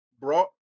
brought